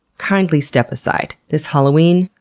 kindly step aside this halloween,